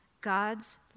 God's